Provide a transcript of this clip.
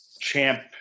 champ